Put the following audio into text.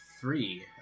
three